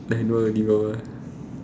like